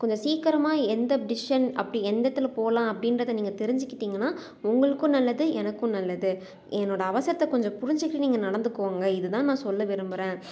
கொஞ்சம் சீக்கரமாக எந்த டிஷிஷன் அப்படி எந்த இடத்துல போகலாம் அப்படீன்றத நீங்கள் தெரிஞ்சிக்கிட்டீங்கனா உங்களுக்கும் நல்லது எனக்கும் நல்லது என்னோட அவசரத்தை கொஞ்சம் புரிஞ்சிக்கிட்டு நீங்கள் நடந்துக்கோங்க இதுதான் நான் சொல்ல விரும்புறேன்